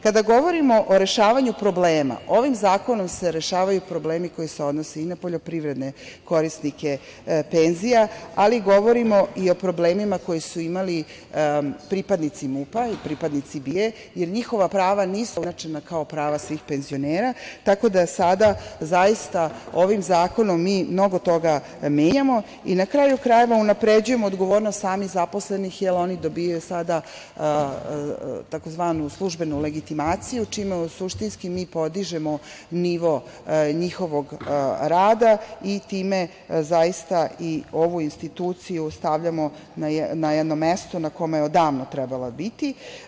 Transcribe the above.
Kada govorimo o rešavanju problema, ovim zakonom se rešavaju problemi koji se odnose i na poljoprivredne korisnike penzija, ali govorimo i o problemima koje su imali pripadnici MUP-a, pripadnici BIA-e, jer njihova prava nisu bila ujednačena kao prava svih penzionera, tako da sada, zaista, ovim zakonom mi mnogo toga menjamo i, na kraju krajeva, unapređujemo odgovornost samih zaposlenih, jer oni dobijaju sada tzv. službenu legitimaciju, čime suštinski mi podižemo nivo njihovog rada i time zaista i ovu instituciju stavljamo na jedno mesto na kome je odavno trebala biti.